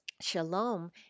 shalom